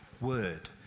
word